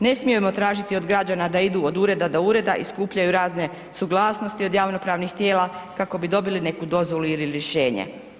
Ne smijemo tražiti od građana da idu od ureda do ureda i skupljaju razne suglasnosti od javnopravnih tijela kako bi dobili neku dozvolu ili rješenje.